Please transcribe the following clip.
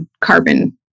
carbon